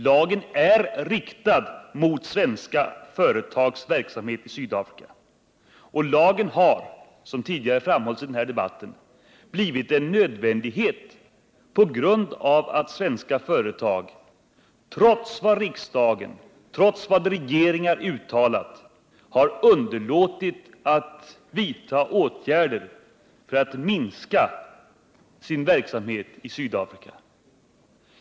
Lagen är riktad mot svenska företags verksamhet i Sydafrika. Och lagen har, som tidigare framhållits i den här debatten, blivit en nödvändighet på grund av att svenska företag, trots vad riksdag och regeringar uttalat, har underlåtit att vidta åtgärder för att minska sin verksamhet i Sydafrika.